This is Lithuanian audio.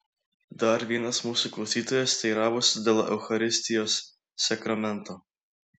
dar vienas mūsų klausytojas teiravosi dėl eucharistijos sakramento